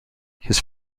his